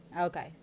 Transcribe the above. Okay